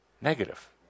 negative